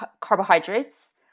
carbohydrates